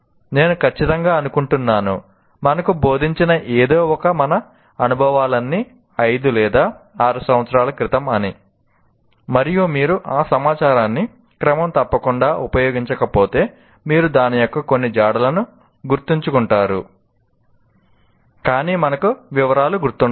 నేను ఖచ్చితంగా అనుకుంటున్నాను మనకు బోధించిన ఏదో ఒక మన అనుభవాలన్నీ 5 లేదా 6 సంవత్సరాల క్రితం అని మరియు మీరు ఆ సమాచారాన్ని క్రమం తప్పకుండా ఉపయోగించకపోతే మీరు దాని యొక్క కొన్ని జాడలను గుర్తుంచుకుంటారు కానీ మనకు వివరాలు గుర్తుండవు